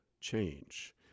Change